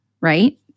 right